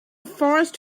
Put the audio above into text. forest